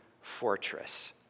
fortress